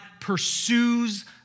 pursues